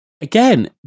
again